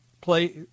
play